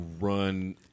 run